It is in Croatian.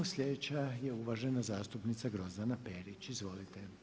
Sljedeća je uvažena zastupnica Grozdana Perić, izvolite.